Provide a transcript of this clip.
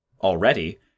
Already